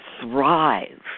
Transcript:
thrive